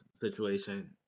situation